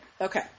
okay